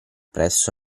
presto